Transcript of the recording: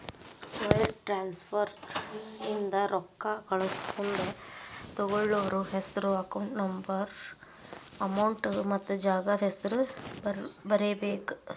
wire transfer ಇಂದ ರೊಕ್ಕಾ ಕಳಸಮುಂದ ತೊಗೋಳ್ಳೋರ್ ಹೆಸ್ರು ಅಕೌಂಟ್ ನಂಬರ್ ಅಮೌಂಟ್ ಮತ್ತ ಜಾಗದ್ ಹೆಸರ ಬರೇಬೇಕ್